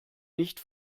nicht